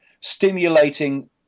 stimulating